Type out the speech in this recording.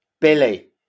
Billy